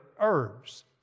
herbs